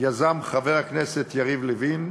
יזם חבר הכנסת יריב לוין,